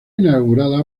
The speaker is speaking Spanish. inaugurada